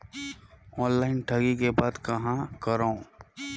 Online ठगी के बाद कहां करों?